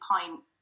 point